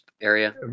area